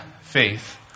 faith